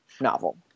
novel